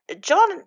John